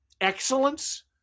excellence